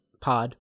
pod